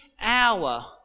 hour